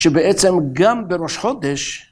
שבעצם גם בראש חודש.